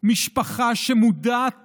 משפחה שמודעת